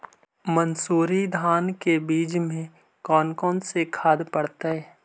मंसूरी धान के बीज में कौन कौन से खाद पड़तै?